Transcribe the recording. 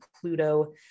Pluto